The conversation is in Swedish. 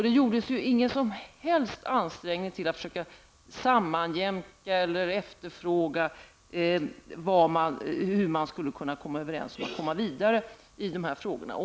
Det gjordes inga som helst ansträngningar för att försöka sammanjämka ståndpunkterna eller efterfråga hur det skulle gå till att komma överens och arbeta vidare med frågorna.